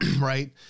right